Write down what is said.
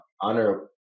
honor